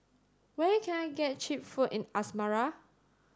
where can I get cheap food in Asmara